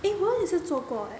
eh 我也是做过 eh